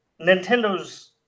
Nintendo's